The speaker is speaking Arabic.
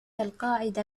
القاعدة